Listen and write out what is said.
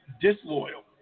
disloyal